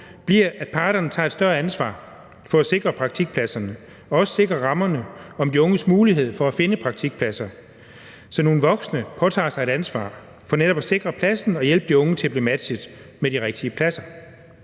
bliver, at parterne tager et større ansvar for at sikre praktikpladserne og også sikre rammerne for de unges mulighed for at finde praktikpladser, så nogle voksne påtager sig et ansvar for netop at sikre pladserne og hjælpe de unge til at blive matchet med de rigtige pladser.